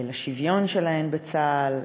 לשוויון שלהן בצה"ל,